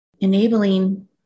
enabling